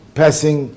passing